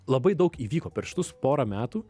labai daug įvyko per šitus porą metų